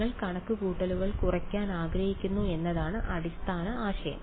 നിങ്ങൾ കണക്കുകൂട്ടലുകൾ കുറയ്ക്കാൻ ആഗ്രഹിക്കുന്നു എന്നതാണ് അടിസ്ഥാന ആശയം